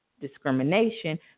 discrimination